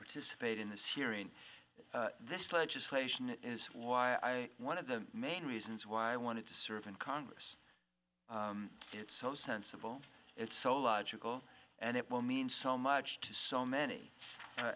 participate in this hearing this legislation is why one of the main reasons why i wanted to serve in congress it's so sensible it's so logical and it will mean so much to so many a